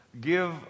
give